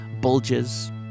bulges